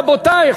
רבותי,